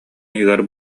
иһигэр